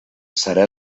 seré